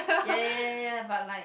ya ya ya but like